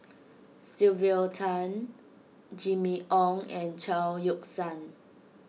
Sylvia Tan Jimmy Ong and Chao Yoke San